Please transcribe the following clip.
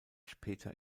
später